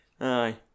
Aye